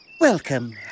Welcome